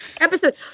Episode